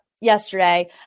yesterday